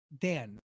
Dan